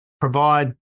provide